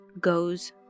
goes